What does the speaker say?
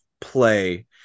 play